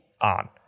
on